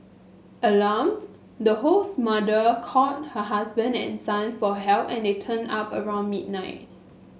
alarmed the host mother called her husband and son for help and they turned up around midnight